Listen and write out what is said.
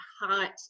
hot